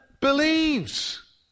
believes